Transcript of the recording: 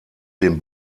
den